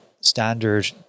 standard